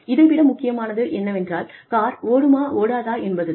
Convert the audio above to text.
இதை விட முக்கியமானது என்னவென்றால் கார் ஓடுமா ஓடாதா என்பது தான்